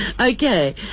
okay